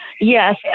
Yes